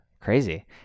Crazy